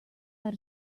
out